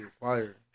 fire